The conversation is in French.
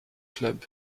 club